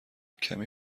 کمی